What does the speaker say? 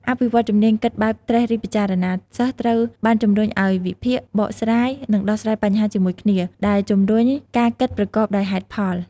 អភិវឌ្ឍជំនាញគិតបែបត្រិះរិះពិចារណា សិស្សត្រូវបានជំរុញឲ្យវិភាគ បកស្រាយ និងដោះស្រាយបញ្ហាជាមួយគ្នា ដែលជំរុញការគិតប្រកបដោយហេតុផល។